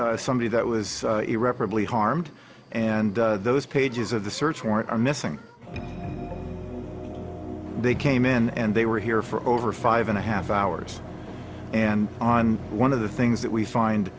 somebody that was irreparably harmed and those pages of the search warrant are missing and they came in and they were here for over five and a half hours and on one of the things that we find